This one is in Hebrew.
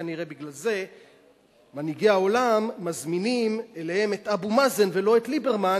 כנראה בגלל זה מנהיגי העולם מזמינים אליהם את אבו מאזן ולא את ליברמן,